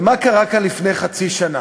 ומה קרה כאן לפני חצי שנה?